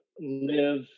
live